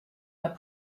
pas